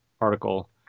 article